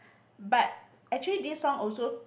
but actually this song also